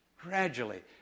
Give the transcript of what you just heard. gradually